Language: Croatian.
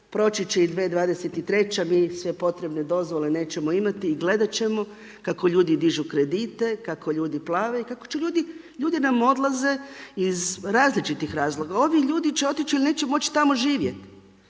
proći će i 2023., mi sve potrebne dozvole nećemo imati i gledati ćemo kako ljudi dižu kredite, kako ljudi plave i kako će ljudi, ljudi nam odlaze iz različitih razloga. Ovi ljudi će otići jer neće moći tamo živjeti.